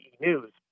News